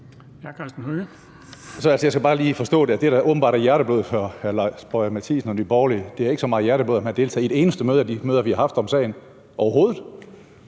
Jeg skal bare lige forstå det. Det, der åbenbart er hjerteblod for hr. Lars Boje Mathiesen og Nye Borgerlige, er ikke så meget hjerteblod, at man deltager i et eneste af de møder, vi har haft om sagen, overhovedet.